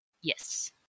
Yes